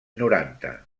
noranta